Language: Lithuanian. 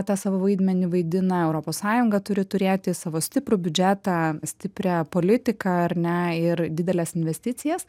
tą savo vaidmenį vaidina europos sąjunga turi turėti savo stiprų biudžetą stiprią politiką ar ne ir dideles investicijas